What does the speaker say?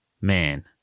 man